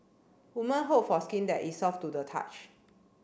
woman hope for skin that is soft to the touch